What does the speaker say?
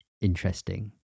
interesting